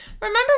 remember